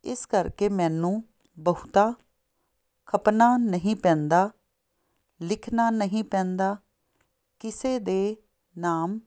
ਇਸ ਕਰਕੇ ਮੈਨੂੰ ਬਹੁਤਾ ਖਪਣਾ ਨਹੀਂ ਪੈਂਦਾ ਲਿਖਣਾ ਨਹੀਂ ਪੈਂਦਾ ਕਿਸੇ ਦੇ ਨਾਮ